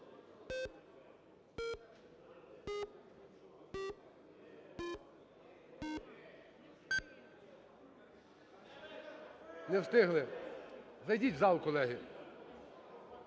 Не встигли. Зайдіть в зал, колеги.